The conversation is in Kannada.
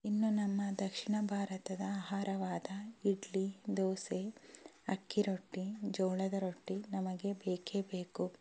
ಇನ್ನು ನಮ್ಮ ದಕ್ಷಿಣ ಭಾರತದ ಆಹಾರವಾದ ಇಡ್ಲಿ ದೋಸೆ ಅಕ್ಕಿ ರೊಟ್ಟಿ ಜೋಳದ ರೊಟ್ಟಿ ನಮಗೆ ಬೇಕೇ ಬೇಕು